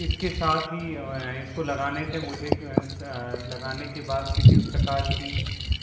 इसके साथ ही इसको लगाने से मुझे लगाने के बाद किसी प्रकार की